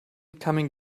coming